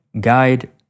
Guide